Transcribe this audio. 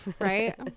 Right